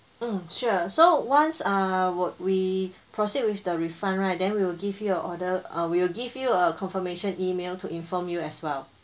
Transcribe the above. mm sure so once err wou~ we proceed with the refund right then we will give you a order uh we will give you a confirmation E-mail to inform you as well